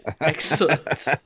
Excellent